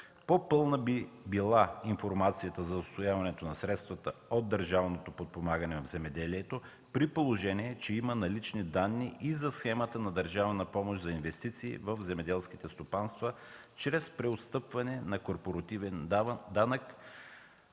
По-пълна би била информацията за усвояването на средствата от държавното подпомагане на земеделието, при положение че има налични данни и за схемата на държавна помощ за инвестиции в земеделските стопанства чрез преотстъпване на корпоративен данък,